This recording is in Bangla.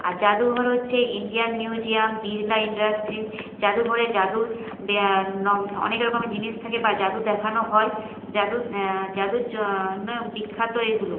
আর জাদুঘর হচ্ছে ইন্ডিয়ান মিউজিয়াম বিড়লা ইন্ডাস্ট্রি জাদুঘরে জাদুর বে নমস অনেক রকম জিনিস থাকে বা জাদু দেখানো হয় জাদু জাদুর জন্য বিখ্যাত এগুলো